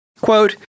Quote